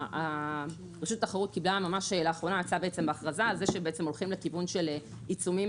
רשות התחרות יצאה בהכרזה שהם הולכים לכיוון של עיצומים